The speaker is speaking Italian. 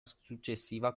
successiva